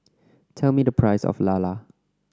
tell me the price of lala